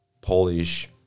Polish